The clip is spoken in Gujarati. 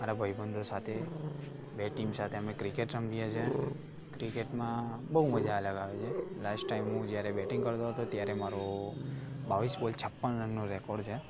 મારા ભાઈબંધો સાથે બે ટીમ સાથે અમે ક્રિકેટ રમીએ છે ક્રિકેટમાં બહુ મજા અલગ આવે છે લાસ્ટ ટાઈમ હું જ્યારે બેટિંગ કરતો હતો ત્યારે મારો બાવીસ બોલ છપ્પન રનનો રેકોર્ડ છે